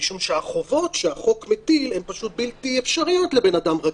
משום שהחובות שהחוק מטיל הן פשוט בלתי אפשריות לבן אדם רגיל,